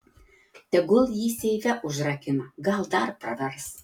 tegul jį seife užrakina gal dar pravers